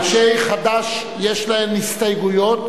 אנשי חד"ש יש להם הסתייגויות,